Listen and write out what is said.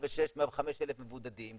105 אלף מבודדים,